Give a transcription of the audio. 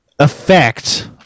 effect